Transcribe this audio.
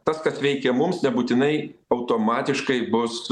tas kad veikė mums nebūtinai automatiškai bus